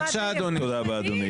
המציע הגיע,